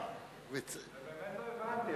אני באמת לא הבנתי,